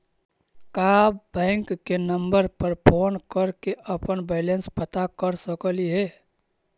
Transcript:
का बैंक के नंबर पर फोन कर के अपन बैलेंस पता कर सकली हे?